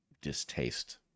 distaste